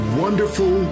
wonderful